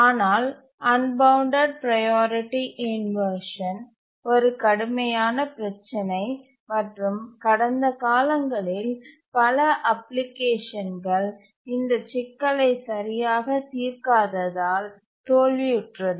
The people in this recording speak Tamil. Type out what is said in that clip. ஆனால் அன்பவுண்டட் ப்ரையாரிட்டி இன்வர்ஷன் ஒரு கடுமையான பிரச்சினை மற்றும் கடந்த காலங்களில் பல அப்ளிகேஷன் கள் இந்த சிக்கலை சரியாக தீர்க்காததால் தோல்வியுற்றது